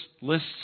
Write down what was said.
lists